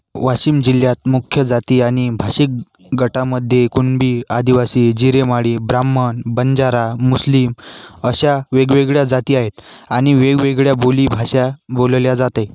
वाशिम जिल्ह्यात मुख्य जाती आणि भाषिक गटामध्ये कुणबी आदिवासी जिरेमाळी ब्राह्मण बंजारा मुस्लिम अशा वेगवेगळ्या जाती आहेत आणि वेगवेगळ्या बोलीभाषा बोलली जाते